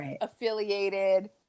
affiliated